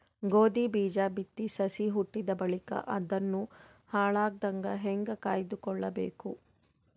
ಗೋಧಿ ಬೀಜ ಬಿತ್ತಿ ಸಸಿ ಹುಟ್ಟಿದ ಬಳಿಕ ಅದನ್ನು ಹಾಳಾಗದಂಗ ಹೇಂಗ ಕಾಯ್ದುಕೊಳಬೇಕು?